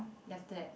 then after that